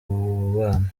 bana